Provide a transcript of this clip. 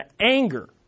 anger